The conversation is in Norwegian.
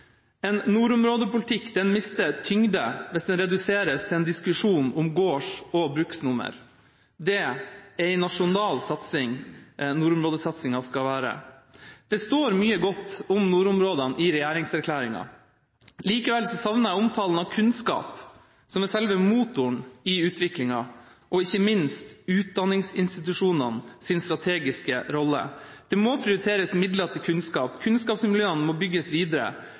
En nordområdepolitikk mister tyngde hvis den reduseres til en diskusjon om gårds- og bruksnummer. Nordområdesatsinga skal være ei nasjonal satsing. Det står mye godt om nordområdene i regjeringserklæringa. Likevel savner jeg omtalen av kunnskap, som er selve motoren i utviklinga, og ikke minst utdanningsinstitusjonenes strategiske rolle. Det må prioriteres midler til kunnskap. Kunnskapsmiljøene må bygges videre,